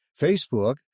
Facebook